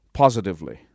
positively